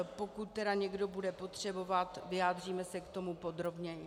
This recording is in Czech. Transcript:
Pokud někdo bude potřebovat, vyjádříme se k tomu podrobněji.